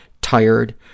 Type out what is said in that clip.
tired